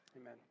Amen